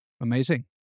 Amazing